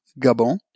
Gabon